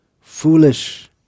foolish